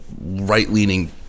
right-leaning